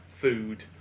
food